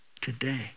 today